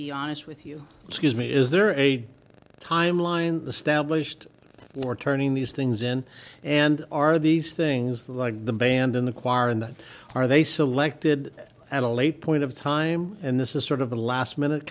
be honest with you excuse me is there a timeline stablished for turning these things in and are these things like the band in the choir in that are they selected at a later point of time and this is sort of a last minute